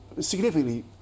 significantly